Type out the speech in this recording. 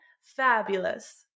Fabulous